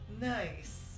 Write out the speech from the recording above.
nice